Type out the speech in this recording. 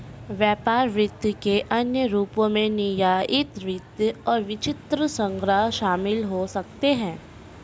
व्यापार वित्त के अन्य रूपों में निर्यात वित्त और वृत्तचित्र संग्रह शामिल हो सकते हैं